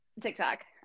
TikTok